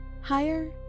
higher